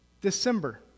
December